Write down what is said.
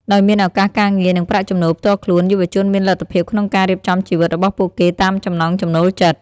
ដោយមានឱកាសការងារ និងប្រាក់ចំណូលផ្ទាល់ខ្លួន យុវជនមានលទ្ធភាពក្នុងការរៀបចំជីវិតរបស់ពួកគេតាមចំណង់ចំណូលចិត្ត។